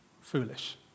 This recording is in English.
foolish